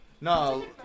No